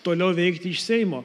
toliau veikti iš seimo